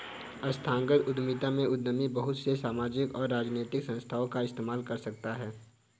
संस्थागत उद्यमिता में उद्यमी बहुत से सामाजिक और राजनैतिक संस्थाओं का इस्तेमाल कर सकता है